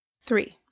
Three